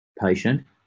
patient